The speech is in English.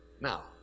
now